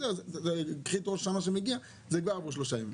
שבת אז בקלות עוברים לשלושה ימים.